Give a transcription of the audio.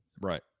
Right